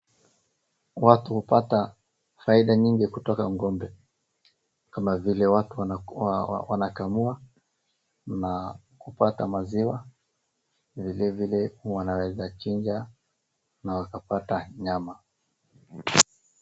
Watu hupata faida nyingi kutoka ng`ombe kama vile watu wanakua wanakamua na kupata maziwa vilevile wanaweza chinja na wakapata nyama.